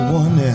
one